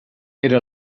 era